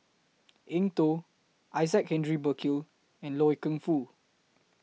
Eng Tow Isaac Hendrick Burkill and Loy Keng Foo